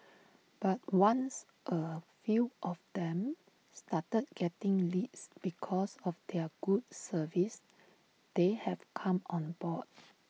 but once A few of them started getting leads because of their good service they have come on board